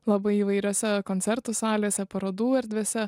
labai įvairiose koncertų salėse parodų erdvėse